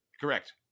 Correct